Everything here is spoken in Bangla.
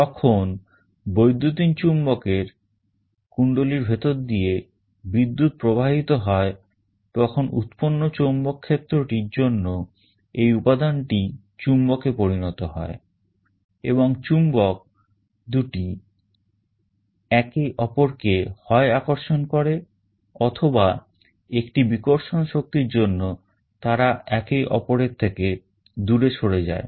যখন বৈদ্যুতিন চুম্বকের কুন্ডলীর ভেতর দিয়ে বিদ্যুৎ প্রবাহিত হয় তখন উৎপন্ন চৌম্বক ক্ষেত্রটির জন্য এই উপাদানটি চুম্বক এ পরিণত হয় এবং চুম্বক দুটি একে অপরকে হয় আকর্ষণ করে অথবা একটি বিকর্ষণ শক্তির জন্য তারা একে অপরের থেকে দূরে সরে যায়